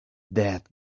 that